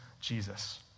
Jesus